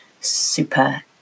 super